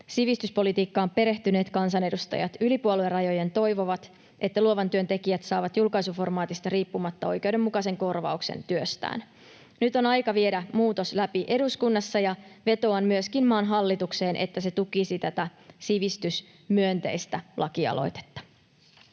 Sivistyspolitiikkaan perehtyneet kansanedustajat yli puoluerajojen toivovat, että luovan työn tekijät saavat julkaisuformaatista riippumatta oikeudenmukaisen korvauksen työstään. Nyt on aika viedä muutos läpi eduskunnassa, ja vetoan myöskin maan hallitukseen, että se tukisi tätä sivistysmyönteistä lakialoitetta.